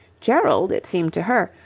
gerald, it seemed to her,